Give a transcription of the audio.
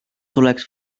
tuleks